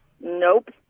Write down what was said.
Nope